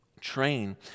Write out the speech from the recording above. Train